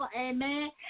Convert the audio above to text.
Amen